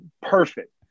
perfect